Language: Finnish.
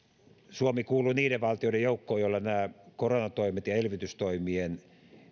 suomi kuuluu niiden valtioiden joukkoon joilla näiden koronatoimien ja elvytystoimien